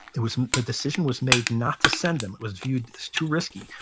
it was, a decision was made not to send them. it was viewed as too risky.